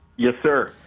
yes sir?